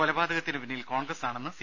കൊലപാതകത്തിനു പിന്നിൽ കോൺഗ്രസാണെന്ന് സി